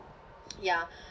ya